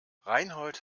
reinhold